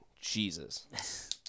jesus